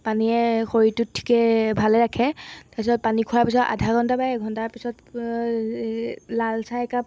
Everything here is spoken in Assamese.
পানীয়ে শৰীৰটোত ঠিকে ভালে ৰাখে তাৰপিছত পানী খোৱাৰ পিছত আধা ঘণ্টা বা এঘণ্টাৰ পিছত লাল চাহ একাপ